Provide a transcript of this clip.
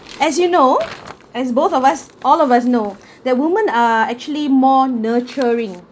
as you know as both of us all of us know that women are actually more nurturing